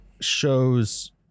shows